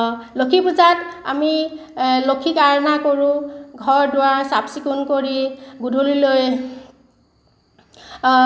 লক্ষী পূজাত আমি লক্ষীক কৰোঁ ঘৰ দুৱাৰ চাফ চিকুণ কৰি গধূলীলৈ